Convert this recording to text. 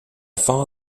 far